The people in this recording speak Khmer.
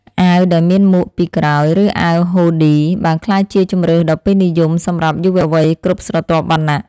អាវដែលមានមួកពីក្រោយ ឬអាវហ៊ូឌីបានក្លាយជាជម្រើសដ៏ពេញនិយមសម្រាប់យុវវ័យគ្រប់ស្រទាប់វណ្ណៈ។